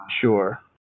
sure